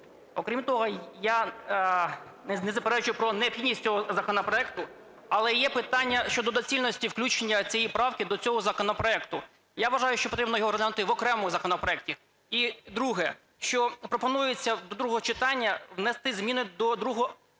Окрім того, я не заперечую про необхідність цього законопроекту, але є питання щодо доцільності включення цієї правки до цього законопроекту. Я вважаю, що потрібно його розглянути в окремому законопроекті. І друге. Що пропонується до другого читання внести зміни до другого